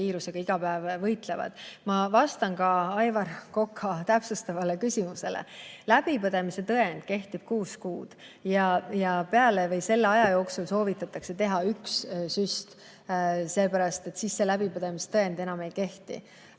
Ma vastan ka Aivar Koka täpsustavale küsimusele. Just läbipõdemise tõend kehtib kuus kuud ja peale selle või selle aja jooksul soovitatakse teha üks süst. Seda ka seepärast, et siis see läbipõdemise tõend enam ei kehti.